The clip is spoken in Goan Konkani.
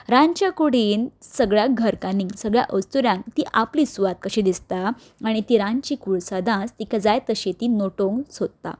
रांदच्या कुडीन सगल्या घरकान्नीक सगल्या अस्तुऱ्यांक ती आपली सुवात कशी दिसता आनी ती रांदची कूड सदांच तिका जाय तशी ती नटोवंक सोदता